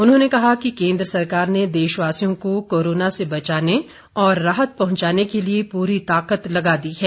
उन्होंने कहा कि केंद्र सरकार ने देशवासियों को कोरोना से बचाने और राहत पहुंचाने के लिए पूरी ताकत लगा दी है